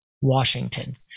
Washington